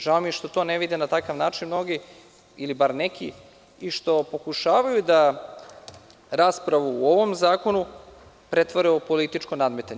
Žao mi je što to ne vide mnogi na takav način, ili bar neki, i što pokušavaju da raspravu o ovom zakonu pretvore u političko nadmetanje.